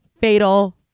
fatal